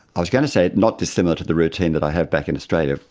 i was going to say not dissimilar to the routine that i had back in australia,